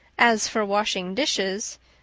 as for washing dishes,